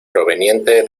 proveniente